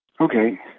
Okay